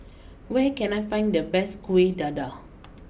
where can I find the best Kueh Dadar